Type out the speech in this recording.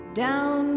down